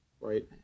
right